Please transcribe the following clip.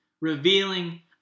revealing